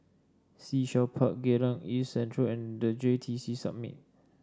Sea Shell Park Geylang East Central and The J T C Summit